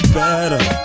better